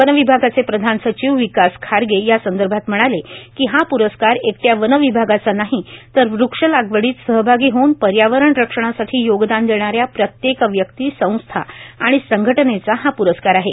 one विभागाचे प्रधान सचिव विकास खारगे यासंदर्भात म्हणाले की हा प्रस्कार एकट्या वन विभागाचा नाही तर वृक्षलागवडीत सहभागी होऊन पर्यावरण रक्षणासाठी योगदान देणाऱ्या प्रत्येक व्यक्ती संस्था आणि संघटनेचा हा प्रस्कार आहे